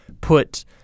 put